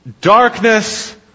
darkness